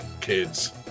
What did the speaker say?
kids